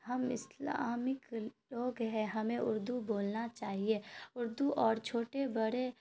ہم اسلامک لوگ ہیں ہمیں اردو بولنا چاہیے اردو اور چھوٹے بڑے